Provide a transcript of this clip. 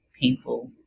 painful